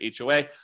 HOA